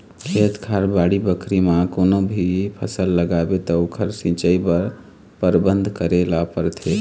खेत खार, बाड़ी बखरी म कोनो भी फसल लगाबे त ओखर सिंचई बर परबंध करे ल परथे